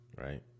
Right